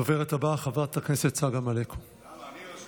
הדוברת הבאה, חברת הכנסת צגה מלקו, סליחה,